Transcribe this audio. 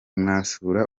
mwasura